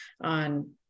on